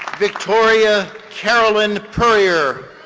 victoria carolyn perrier,